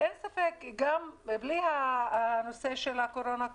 אין ספק שגם בלי הנושא של הקורונה,